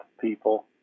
people